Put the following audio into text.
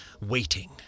Waiting